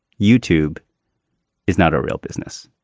youtube is not a real business.